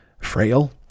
frail